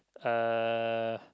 uh